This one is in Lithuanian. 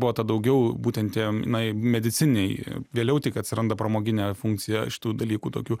buvo ta daugiau būtent ten jinai medicininei vėliau tik atsiranda pramoginė funkcija šitų dalykų tokių